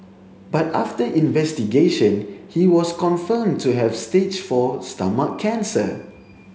but after investigation he was confirmed to have stage four stomach cancer